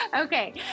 Okay